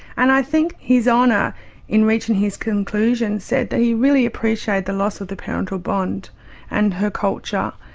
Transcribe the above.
and i think his honour in reaching his conclusion said that he really appreciated the loss of the parental bond and her culture.